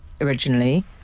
originally